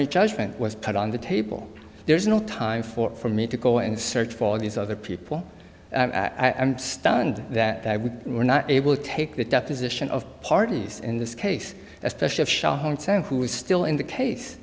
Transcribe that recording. judgment was put on the table there is no time for for me to go and search for these other people i'm stunned that we were not able to take the deposition of parties in this case especially who was still in the case